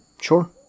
sure